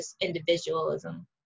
individualism